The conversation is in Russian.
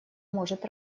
может